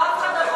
אף אחד יכול